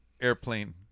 airplane